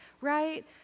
Right